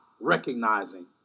recognizing